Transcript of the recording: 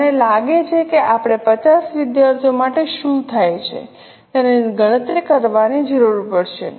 મને લાગે છે કે આપણે 50 વિદ્યાર્થીઓ માટે શું થાય છે તેની ગણતરી કરવાની જરૂર પડશે